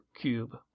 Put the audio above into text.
cube